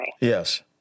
yes